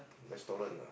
restaurant ah